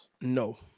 no